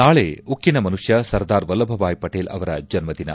ನಾಳೆ ಉಕ್ಕಿನ ಮನುಷ್ಟ ಸರ್ದಾರ್ ವಲ್ಲಭಭಾಯ್ ಪಟೇಲ್ ಅವರ ಜನ್ನದಿನ